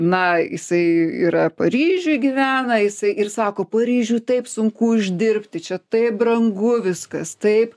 na jisai yra paryžiuj gyvena jisai ir sako paryžiui taip sunku uždirbti čia taip brangu viskas taip